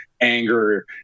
anger